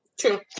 True